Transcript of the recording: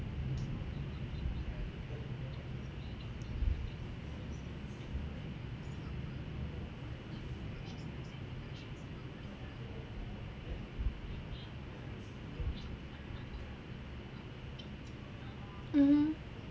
mmhmm